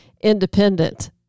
independent